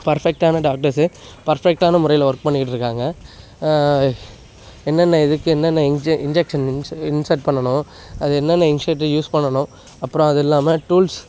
பர்ஃபெக்ட்டான doctors பர்ஃபெக்ட்டான முறையில் work பண்ணிகிட்டு இருக்காங்க என்னென்ன இதுக்கு என்னென்ன இன்ஜெக் இன்ஜெக்சன் இன்ச இன்சர்ட் பண்ணணும் அது என்னென்ன இன்சர்ட்டு யூஸ் பண்ணணும் அப்புறோம் அது இல்லாமல் டூல்ஸ்